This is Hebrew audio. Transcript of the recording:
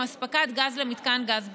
הוא אספקת גז למתקן גז ביתי.